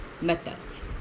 methods